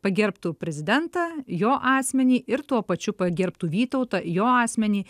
pagerbtų prezidentą jo asmenį ir tuo pačiu pagerbtų vytautą jo asmenį